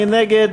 מי נגד?